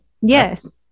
Yes